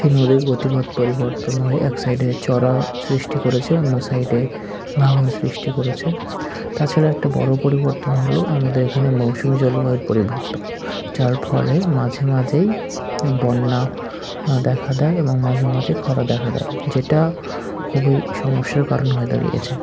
সেই নদীর গতিপথ পরিবর্তন হয়ে এক সাইডে চরা সৃষ্টি করেছে অন্য সাইডে ভাঙন সৃষ্টি করেছে তাছাড়া একটা বড়ো পরিবর্তন হলো আমাদের এখানে মৌসুমি জলবায়ুর পরিবর্তন যার ফলে মাঝে মাঝেই বন্যা দেখা দেয় এবং মাঝে মাঝে খরা দেখা দেয় যেটা খুবই সমস্যার কারণ হয়ে দাঁড়িয়েছে